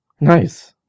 Nice